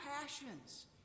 passions